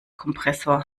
kompressor